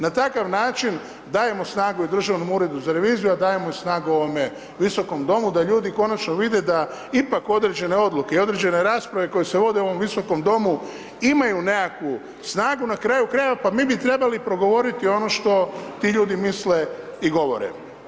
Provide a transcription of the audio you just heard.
Na takav način dajemo snagu i Državnom uredu za reviziju, a dajemo i snagu ovome Visokom domu da ljudi konačno vide da ipak određene odluke i određene rasprave koje se vode u ovom Visokom domu imaju nekakvu snagu, na kraju krajeva, pa mi bi trebali progovoriti ono što ti ljudi misle i govore.